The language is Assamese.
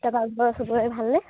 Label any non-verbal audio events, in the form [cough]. এ [unintelligible] চবৰে ভালনে